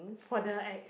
what the heck